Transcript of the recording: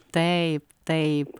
taip taip